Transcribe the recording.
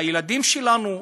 הילדים שלנו,